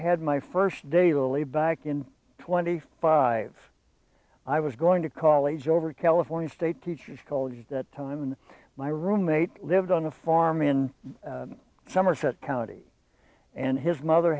had my first day early back in twenty five i was going to college over california state teachers college that time and my roommate lived on a farm in somerset county and his mother